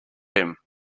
him